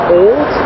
old